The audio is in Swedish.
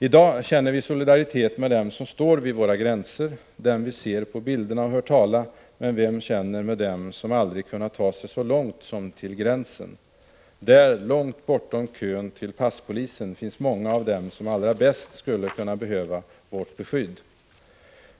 I dag känner vi solidaritet med dem som står vid våra gränser, dem vi ser på bilderna och hör tala, men vem känner med dem som aldrig kunnat ta sig så långt som till gränsen? Där, långt bortom kön till passpolisen, finns många av dem som allra bäst skulle behöva vårt beskydd.